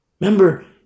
Remember